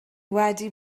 wedi